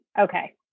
Okay